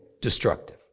destructive